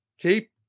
Keep